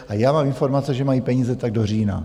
A já mám informace, že mají peníze tak do října.